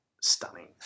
stunning